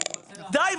די.